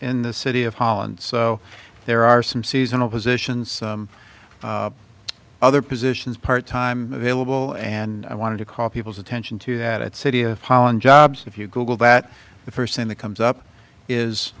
in the city of holland so there are some seasonal positions other positions part time available and i wanted to call people's attention to that city of pollen jobs if you google that the first thing that comes up is